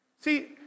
See